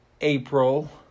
April